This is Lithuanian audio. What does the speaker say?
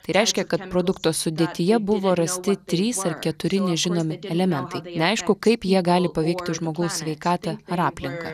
tai reiškia kad produkto sudėtyje buvo rasti trys ar keturi nežinomi elementai neaišku kaip jie gali paveikti žmogaus sveikatą ar aplinką